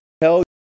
tell